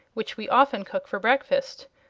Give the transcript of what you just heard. which we often cook for breakfast.